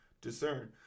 discern